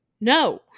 No